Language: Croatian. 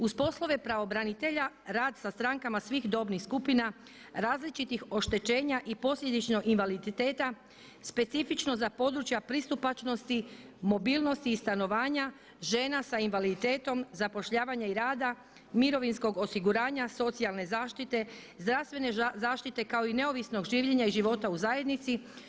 Uz poslove pravobranitelja rad sa strankama svih dobnih skupina različitih oštećenja i posljedično invaliditeta specifično za područja pristupačnosti, mobilnosti i stanovanja žena sa invaliditetom, zapošljavanja i rada, mirovinskog osiguranja, socijalne zaštite, zdravstvene zaštite kao i neovisnog življenja i života u zajednici.